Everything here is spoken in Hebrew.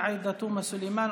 עאידה תומא סלימאן,